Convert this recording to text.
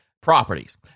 properties